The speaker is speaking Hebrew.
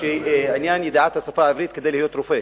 של עניין ידיעת השפה העברית כדי להיות רופא.